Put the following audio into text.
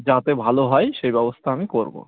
যাতে ভালো হয় সেই ব্যবস্থা আমি করব